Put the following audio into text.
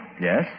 Yes